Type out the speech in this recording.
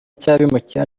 cy’abimukira